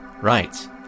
Right